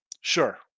sure